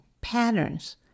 patterns